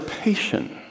patient